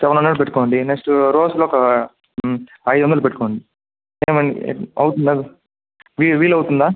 seven hundred పెట్టుకోండి next రోస్లో ఒక ఐదు వందలు పెట్టుకోండి సెవెన్ అవుతుందా వీలు వీలవుతుందా